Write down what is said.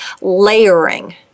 layering